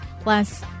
plus